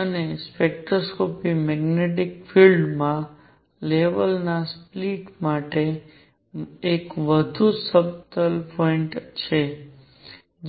અને spectroscopy magnetic field માં level ના સ્પ્લીટ માટે એક વધુ સબટલ પોઈન્ટ છે